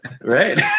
Right